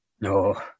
No